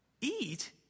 Eat